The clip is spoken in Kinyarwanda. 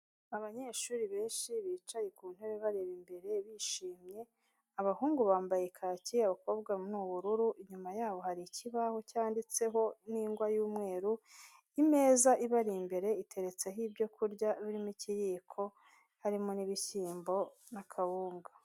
Abanyeshuri benshi bicaye ku ntebe bareba imbere bishimye, abahungu bambaye kaki, abakobwa ni ubururu, inyuma yabo hari ikibaho cyanditseho n'ingwa y'umweru, imeza ibari imbere iteretseho ibyoku kurya birimo ikiyiko, harimo n'ibishyimbo, n'akawunga.